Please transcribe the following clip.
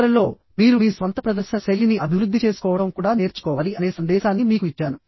చివరలోమీరు మీ స్వంత ప్రదర్శన శైలిని అభివృద్ధి చేసుకోవడం కూడా నేర్చుకోవాలి అనే సందేశాన్ని మీకు ఇచ్చాను